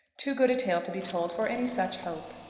too good a tale to be told, for any such hope.